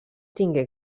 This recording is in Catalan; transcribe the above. tingué